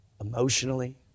emotionally